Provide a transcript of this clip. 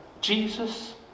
Jesus